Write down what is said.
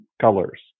colors